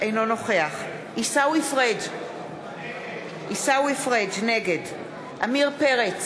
אינו נוכח עיסאווי פריג' נגד עמיר פרץ,